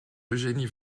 eugénie